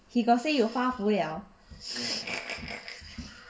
he got say you 发福 liao